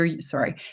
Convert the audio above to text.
sorry